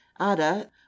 Ada